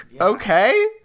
Okay